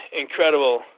incredible